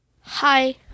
Hi